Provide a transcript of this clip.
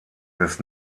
des